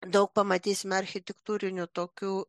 daug pamatysime architektūrinių tokių